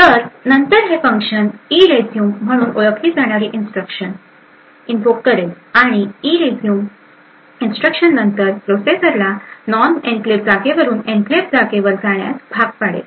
तर नंतर हे फंक्शन इरेझ्युम ERESUME म्हणून ओळखली जाणारी इन्स्ट्रक्शन इनव्होक करेल आणि ERESUME इन्स्ट्रक्शन नंतर प्रोसेसरला नॉन एन्क्लेव्ह जागेवरून एनक्लेव्ह जागेवर जाण्यास भाग पाडेल